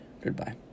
goodbye